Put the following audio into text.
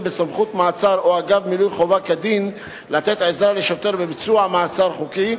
בסמכות מעצר או אגב מילוי חובה כדין לתת עזרה לשוטר בביצוע מעצר חוקי,